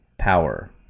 power